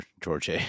George